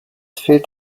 fehlt